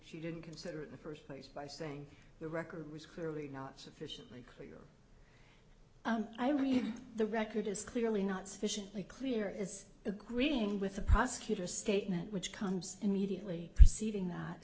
she didn't consider it the first place by saying the record was clearly not sufficiently clear the record is clearly not sufficiently clear is agreeing with the prosecutor statement which comes immediately preceding that